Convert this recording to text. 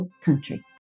country